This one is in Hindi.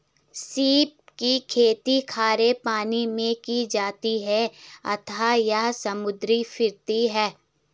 सीप की खेती खारे पानी मैं की जाती है अतः यह समुद्री फिरती है